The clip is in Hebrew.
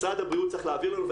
משרד הבריאות צריך להעביר אלינו,